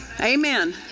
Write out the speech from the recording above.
Amen